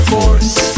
Force